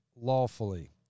lawfully